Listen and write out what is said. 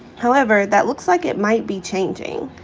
however, that looks like it might be changing.